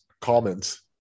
comments